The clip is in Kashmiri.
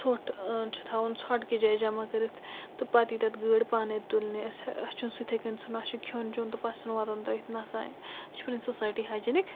ژھوٹھ چھُ تھاوُن ژھۄٹھکہِ جایہِ جمع کٔرِتھ تہٕ پَتہٕ یی تَتھ گٲڑۍ پانَے تُلنہِ أسۍ اَسہِ چھُنہٕ سُہ یِتھَے کٔنۍ ژھٕنُن اَسہِ چھُ کھیوٚن چیوٚن تہٕ پَتہٕ ژھٕنُن وَتَن ترٛٲیِتھ نَہ سَہ اَسہِ چھِ پنٕنۍ سوسایٹی ہایجیٖنِک